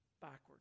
backwards